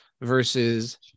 versus